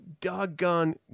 doggone